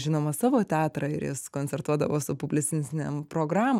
žinoma savo teatrą ir jis koncertuodavo su publicistinėm program